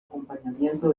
acompañamiento